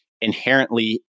inherently